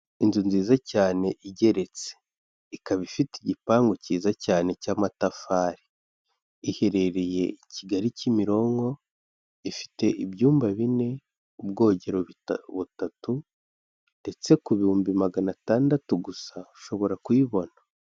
Inzu nziza cyane igeretse ikaba ifite igipangu cyiza cyane cy'amatafari, iherereye i Kigali Kimironko, ifite ibyumba bine ubwogero butatu ndetse ku bihumbi magana atandatu gusa ushobora kuyibona.